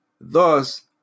Thus